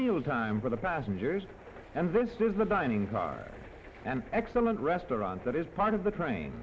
meal time for the passengers and this is the dining car and excellent restaurants that is part of the train